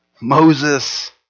Moses